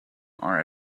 are